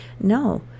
No